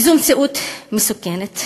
וזו מציאות מסוכנת.